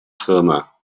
firma